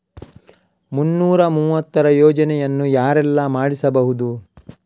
ಮುನ್ನೂರ ಮೂವತ್ತರ ಯೋಜನೆಯನ್ನು ಯಾರೆಲ್ಲ ಮಾಡಿಸಬಹುದು?